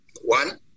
one